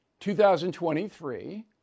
2023